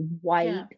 white